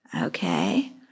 Okay